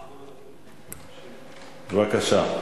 בבקשה.